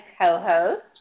co-host